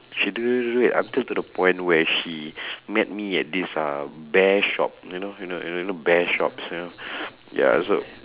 she do do do it until to the point where she met me at this uh bear shop you know you know you know bear shops you know ya so